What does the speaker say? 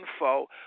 info